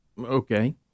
okay